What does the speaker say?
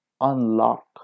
unlock